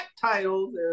titles